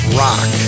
rock